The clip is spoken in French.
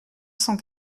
cent